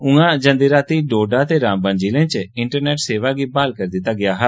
उआं जंदी रातीं डोडा ते रामबन जिलें च इंटरनेट सेवा गी ब्हाल करी दित्ता गेआ ऐ